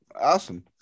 awesome